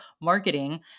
marketing